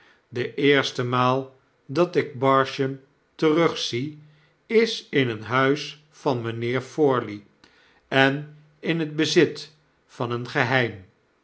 de eerste maal dat ik barsham terugzie is in een huis van mijnheer forley en in het bezit van eeh geheim